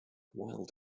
wild